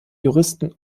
juristen